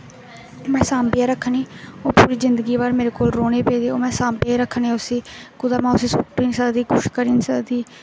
में सांभियै रक्खनी ओह् पूरी जिन्दगी मेरे कोल रौह्नी पेदी ओह् पूरी जिंदगी में रक्खनी ऐ उसी कुतै में उसी सुट्टी निं सकदी किश करी निं सकदी